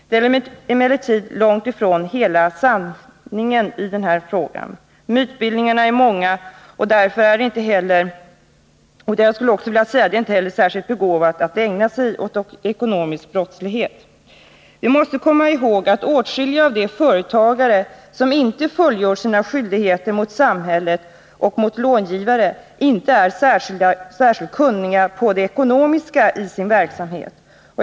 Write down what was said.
Det är emellertid långt ifrån hela sanningen i den här frågan. Mytbildningarna är många. Det är inte heller särskilt begåvat att ägna sig åt ekonomisk brottslighet. Vi måste också komma ihåg att åtskilliga av de företagare som inte fullgör sina skyldigheter mot samhället och mot långivare inte är särskilt kunniga på det ekonomiska området.